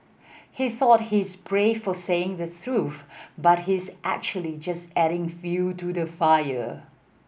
he thought he's brave for saying the truth but he's actually just adding fuel to the fire